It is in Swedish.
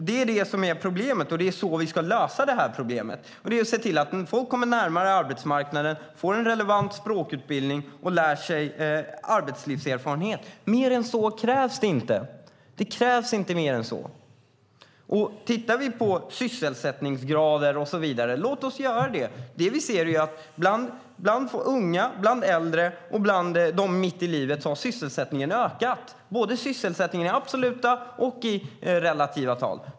Det är detta som är problemet, och det är så här vi ska lösa detta problem. Vi ska se till att folk kommer närmare arbetsmarknaden och får en relevant språkutbildning och arbetslivserfarenhet. Mer än så krävs inte. Låt oss titta på sysselsättningsgrader och så vidare. Vi ser att sysselsättningen har ökat bland unga, bland äldre och bland dem mitt i livet. Det gäller sysselsättningen i både absoluta och relativa tal.